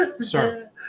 sir